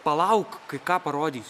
palauk kai ką parodysiu